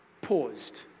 paused